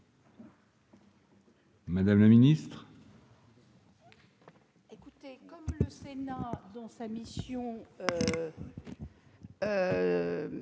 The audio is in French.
madame la ministre